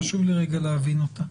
חשוב לי רגע להבין אותה,